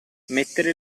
mettere